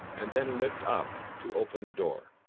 and then lift up to open the door.